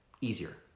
easier